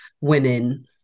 women